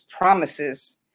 promises